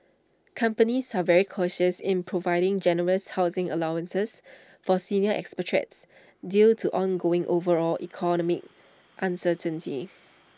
companies are very cautious in providing generous housing allowances for senior expatriates due to ongoing overall economic uncertainty